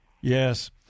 Yes